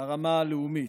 ברמה הלאומית.